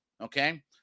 okay